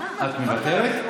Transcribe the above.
מוותרת?